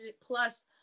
plus